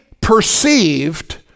perceived